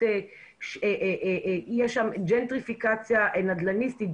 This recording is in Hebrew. יש שם ג'נטריפיקציה נדל"ניסטית,